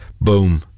boom